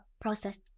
process